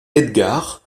edgar